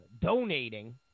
donating